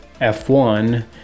F1